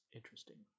interesting